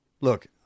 Look